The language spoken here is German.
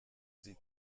sie